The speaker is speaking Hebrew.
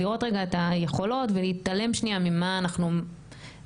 לראות רגע את היכולות ולהתעלם שנייה ממה אנחנו בנויות,